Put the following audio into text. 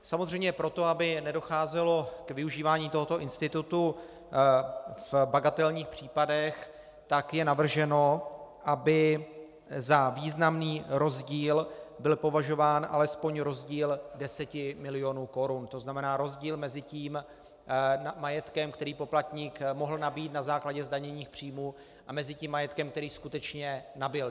Samozřejmě pro to, aby nedocházelo k využívání tohoto institutu v bagatelních případech, tak je navrženo, aby za významný rozdíl byl považován alespoň rozdíl 10 mil. korun, to znamená rozdíl mezi tím majetkem, který poplatník mohl nabýt na základě zdaněných příjmů, a tím majetkem, který skutečně nabyl.